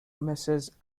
mrs